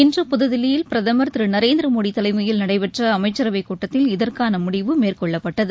இன்று புதுதில்லியில் பிரதமர் திரு நரேந்திர மோடி தலைமையில் நடைபெற்ற அமைச்சரவைக் கூட்டத்தில் இதற்கான முடிவு மேற்கொள்ளப்பட்டது